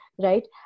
Right